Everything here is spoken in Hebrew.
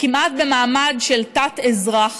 כמעט במעמד של תת-אזרח.